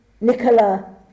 Nicola